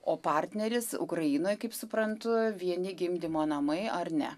o partneris ukrainoj kaip suprantu vieni gimdymo namai ar ne